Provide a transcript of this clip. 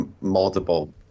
multiple